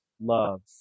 love